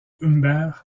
humbert